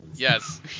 Yes